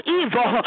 evil